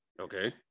Okay